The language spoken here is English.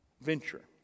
venture